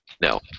No